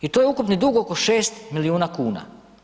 I to je ukupni dug oko 6 milijuna kuna.